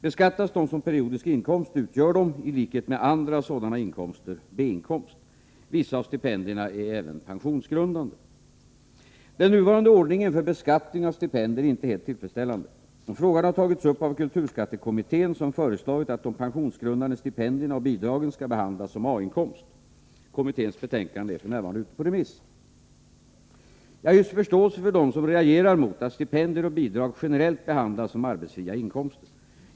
Beskattas de som periodisk inkomst utgör de —-i likhet med andra sådana inkomster — B-inkomst. Vissa av stipendierna är även pensionsgrundande. Den nuvarande ordningen för beskattning av stipendier är inte helt tillfredsställande. Frågan har tagits upp av kulturskattekommittén, som föreslagit att de pensionsgrundande stipendierna och bidragen skall behandlas som A-inkomst. Kommitténs betänkande är f.n. ute på remiss. Jag hyser förståelse för dem som reagerar mot att stipendier och bidrag generellt behandlas som arbetsfria inkomster.